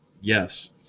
Yes